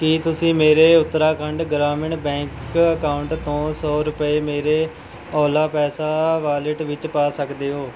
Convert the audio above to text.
ਕੀ ਤੁਸੀਂ ਮੇਰੇ Uttarakhand Gramin bank account ਤੋਂ ਸੌ ਰੁਪਏ ਮੇਰੇ ਓਲਾ ਪੈਸਾ ਵਾਲਿਟ ਵਿੱਚ ਪਾ ਸਕਦੇ ਹੋ